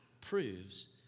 proves